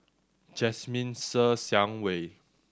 Jasmine Ser Xiang Wei